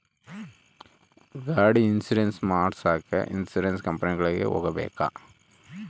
ಗಾಡಿ ಇನ್ಸುರೆನ್ಸ್ ಮಾಡಸಾಕ ಇನ್ಸುರೆನ್ಸ್ ಕಂಪನಿಗೆ ಹೋಗಬೇಕಾ?